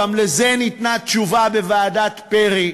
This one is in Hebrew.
גם על זה ניתנה התשובה בוועדת פרי.